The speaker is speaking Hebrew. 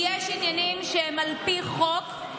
כי יש עניינים שהם על פי חוק,